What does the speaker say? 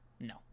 no